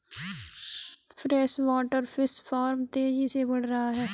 freshwater fish farm तेजी से बढ़ रहा है